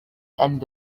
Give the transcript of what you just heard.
end